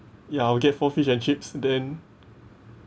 ya I'll get four fish and chips then